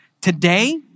Today